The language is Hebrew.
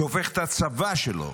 שהופך את הצבא שלו,